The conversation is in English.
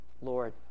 Lord